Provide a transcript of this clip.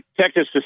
Texas